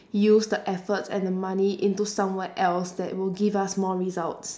use the efforts and the money into somewhere else that will give us more results